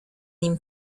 nim